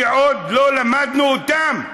שעוד לא למדנו אותם.